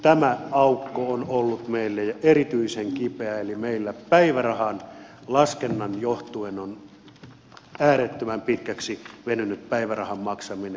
tämä aukko on ollut meille erityisen kipeä eli meillä päivärahan laskennasta johtuen on äärettömän pitkäksi venynyt päivärahan maksaminen